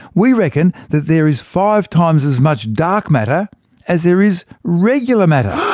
we reckon that there is five times as much dark matter as there is regular matter.